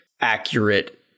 accurate